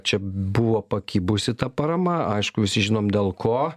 čia buvo pakibusi ta parama aišku visi žinom dėl ko